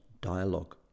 dialogue